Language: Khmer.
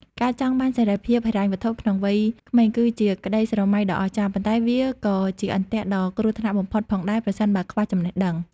ការចង់បានសេរីភាពហិរញ្ញវត្ថុក្នុងវ័យក្មេង គឺជាក្តីស្រមៃដ៏អស្ចារ្យ ប៉ុន្តែវាក៏ជាអន្ទាក់ដ៏គ្រោះថ្នាក់បំផុតផងដែរ ប្រសិនបើខ្វះចំណេះដឹង។